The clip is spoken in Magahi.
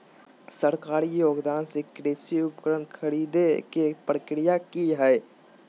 सरकारी योगदान से कृषि उपकरण खरीदे के प्रक्रिया की हय?